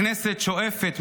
הכנסת שואפת,